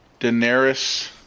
Daenerys